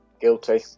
Guilty